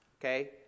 Okay